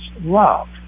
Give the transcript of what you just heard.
love